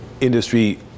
industry